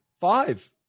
Five